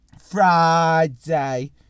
Friday